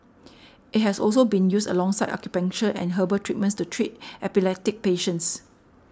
it has also been used alongside acupuncture and herbal treatments to treat epileptic patients